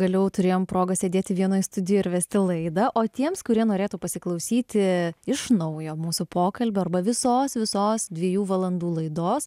pagaliau turėjom progą sėdėti vienoj studijoj ir vesti laidą o tiems kurie norėtų pasiklausyti iš naujo mūsų pokalbio arba visos visos dviejų valandų laidos